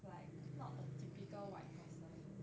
like not a typical white person